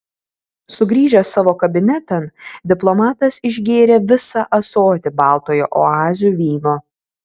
sugrįžęs savo kabinetan diplomatas išgėrė visą ąsotį baltojo oazių vyno